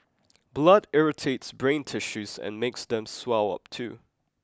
blood irritates brain tissues and makes them swell up too